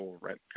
rent